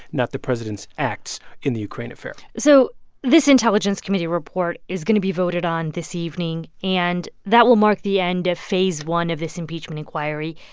not the president's acts in the ukraine affair so this intelligence committee report is going to be voted on this evening, and that will mark the end of phase one of this impeachment inquiry.